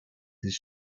his